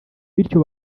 bityo